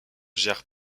gère